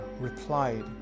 replied